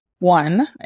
One